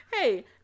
Hey